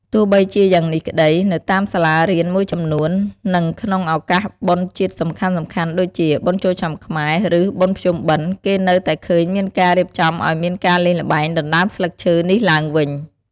ទោះបីជាយ៉ាងនេះក្តី នៅតាមសាលារៀនមួយចំនួន និងក្នុងឱកាសបុណ្យជាតិសំខាន់ៗដូចជា បុណ្យចូលឆ្នាំខ្មែរ ឬបុណ្យភ្ជុំបិណ្ឌ គេនៅតែឃើញមានការរៀបចំឱ្យមានការលេងល្បែងដណ្ដើមស្លឹកឈើនេះឡើងវិញ។